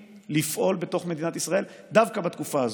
לפעול בתוך מדינת ישראל דווקא בתקופה הזאת.